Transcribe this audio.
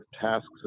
tasks